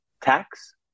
tax